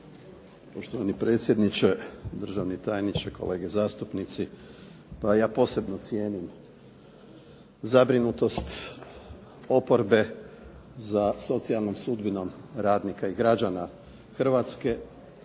Poštovani predsjedniče, državni tajniče, kolege zastupnici. Pa ja posebno cijenim zabrinutost oporbe za socijalnom sudbinom radnika i građana Hrvatske,